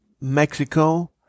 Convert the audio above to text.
Mexico